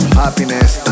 happiness